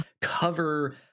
cover